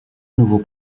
nouveau